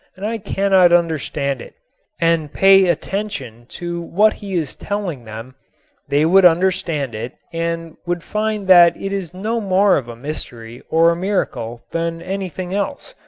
and i cannot understand it and pay attention to what he is telling them they would understand it and would find that it is no more of a mystery or a miracle than anything else.